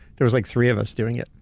there was like three of us doing it.